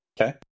Okay